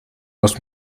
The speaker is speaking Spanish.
los